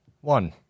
One